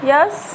Yes